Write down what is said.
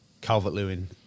Calvert-Lewin